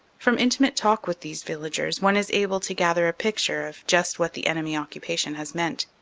from intimate talk with these villagers one is able to gather a picture of just what the enemy occupation has meant.